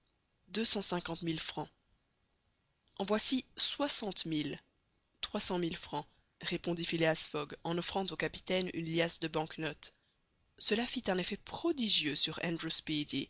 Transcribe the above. en voici soixante mille répondit phileas fogg en offrant au capitaine une liasse de bank notes cela fit un effet prodigieux sur andrew speedy